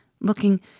looking